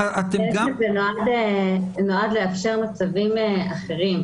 זה בעצם נועד לאפשר לצווים אחרים.